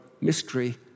mystery